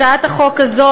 הצעת החוק הזאת,